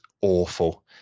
awful